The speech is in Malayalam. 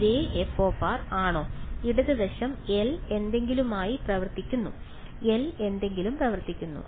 ഒരേ f ആണോ ഇടത് വശം എൽ എന്തെങ്കിലുമായി പ്രവർത്തിക്കുന്നു എൽ എന്തെങ്കിലും പ്രവർത്തിക്കുന്നു